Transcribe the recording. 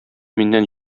миннән